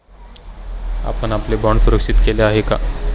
आपण आपले बाँड सुरक्षित केले आहेत का?